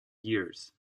years